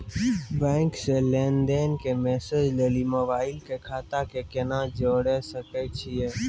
Bank से लेंन देंन के मैसेज लेली मोबाइल के खाता के केना जोड़े सकय छियै?